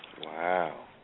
Wow